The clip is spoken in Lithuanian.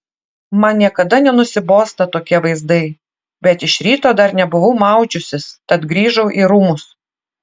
man niekada nenusibosta tokie vaizdai bet iš ryto dar nebuvau maudžiusis tad grįžau į rūmus